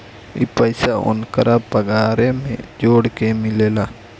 ई पइसा ओन्करा पगारे मे जोड़ के मिलेला